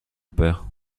père